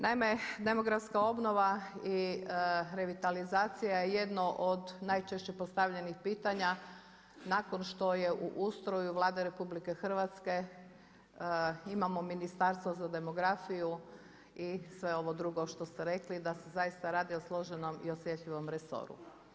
Naime, demografska obnova i revitalizacija je jedno od najčešće postavljenih pitanja nakon što je u ustroju Vlade RH imamo Ministarstvo za demografiju i sve ovo drugo što ste rekli da se zaista o složenom i osjetljivom resoru.